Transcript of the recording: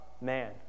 man